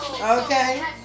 okay